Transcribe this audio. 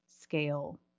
scale